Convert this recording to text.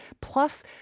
plus